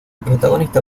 protagonista